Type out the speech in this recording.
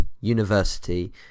university